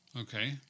Okay